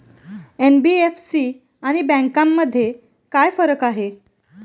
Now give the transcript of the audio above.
NBFC आणि बँकांमध्ये काय फरक आहे?